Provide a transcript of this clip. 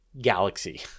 galaxy